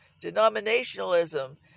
denominationalism